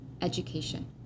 Education